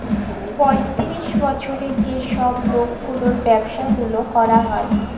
পঁয়তিরিশ বসরের যে ছব লকগুলার ব্যাবসা গুলা ক্যরা হ্যয়